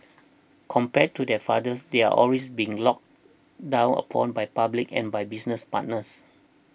compared to their fathers they're always being looked down upon by public and by business partners